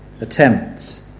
attempts